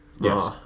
Yes